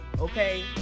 Okay